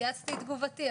צייצתי את תגובתי.